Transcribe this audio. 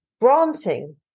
granting